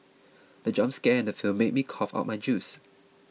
the jump scare in the film made me cough out my juice